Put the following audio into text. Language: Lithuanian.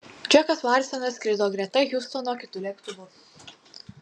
džekas larsenas skrido greta hiustono kitu lėktuvu